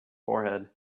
forehead